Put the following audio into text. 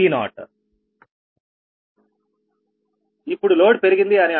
ఇప్పుడు లోడ్ పెరిగింది అని అనుకోండి PLPL0PL